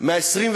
מ-22